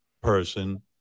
person